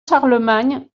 charlemagne